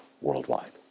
worldwide